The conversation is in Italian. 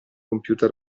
compiuta